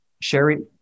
sherry